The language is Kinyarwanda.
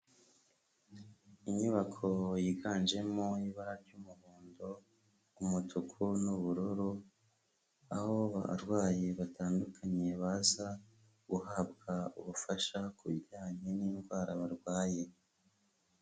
Inyubako yiganjemo ibara ry'umuhondo, umutuku n'ubururu, aho abarwayi batandukanye, baza guhabwa ubufasha ku bijyanye n'indwara barwaye.